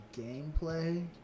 gameplay